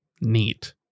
Neat